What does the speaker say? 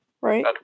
right